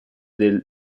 del